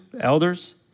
elders